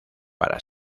para